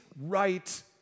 right